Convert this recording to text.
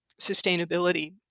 sustainability